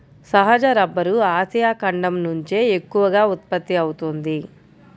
సహజ rubber Asia ఖండం నుంచే ఎక్కువగా ఉత్పత్తి అవుతోంది